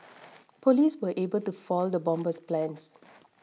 police were able to foil the bomber's plans